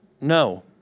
No